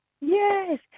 Yes